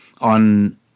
on